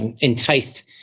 enticed